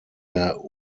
der